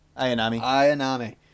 Ayanami